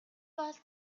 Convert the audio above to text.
бол